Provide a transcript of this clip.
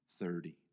thirty